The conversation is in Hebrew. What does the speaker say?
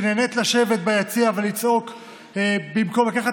שנהנית לשבת ביציע ולצעוק במקום לקחת